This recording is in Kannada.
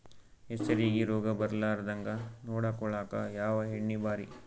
ಹೆಸರಿಗಿ ರೋಗ ಬರಲಾರದಂಗ ನೊಡಕೊಳುಕ ಯಾವ ಎಣ್ಣಿ ಭಾರಿ?